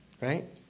right